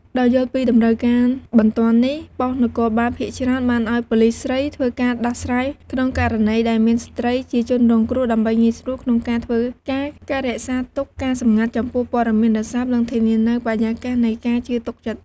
ដោយយល់ពីតម្រូវការបន្ទាន់នេះ ប៉ុស្ដិ៍នគរបាលភាគច្រើនបានឲ្យប៉ូលិសស្រីធ្វើការដោះស្រាយក្នុងករណីដែលមានស្ត្រីជាជនរងគ្រោះ ដើម្បីងាយស្រួលក្នុងការធ្វើការ ការរក្សាទុកការសម្ងាត់ចំពោះព័ត៌មានរសើប និង ធានានូវបរិយាកាសនៃការជឿទុកចិត្ត។